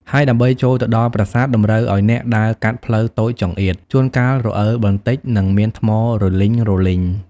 ហើយដើម្បីចូលទៅដល់ប្រាសាទតម្រូវឱ្យអ្នកដើរកាត់ផ្លូវតូចចង្អៀត ជួនកាលរអិលបន្តិចនិងមានថ្មរំលីងៗ។